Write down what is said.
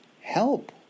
help